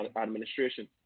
administration